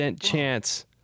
chance